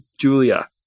Julia